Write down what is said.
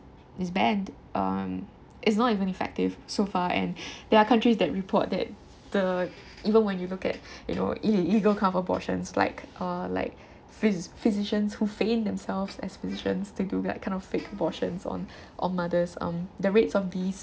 is banned um it's not even effective so far and there are countries that report that the even when you look at you know illegal kind of abortions like uh like phys~ physicians who feign themselves as physicians to do like that kind of fake abortions on on mothers um the rates of these